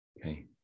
Okay